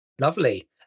Lovely